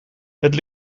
het